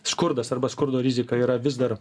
skurdas arba skurdo rizika yra vis dar